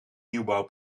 nieuwbouw